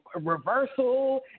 reversal